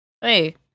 Hey